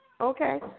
Okay